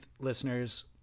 listeners